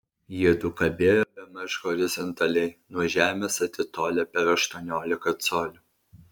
jiedu kabėjo bemaž horizontaliai nuo žemės atitolę per aštuoniolika colių